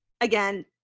again